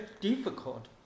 difficult